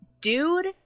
dude